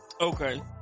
Okay